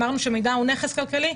אמרנו שמידע הוא נכס כלכלי,